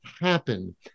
happen